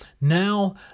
Now